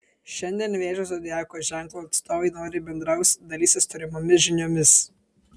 šiandien vėžio zodiako ženklo atstovai noriai bendraus dalysis turimomis žiniomis